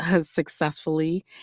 successfully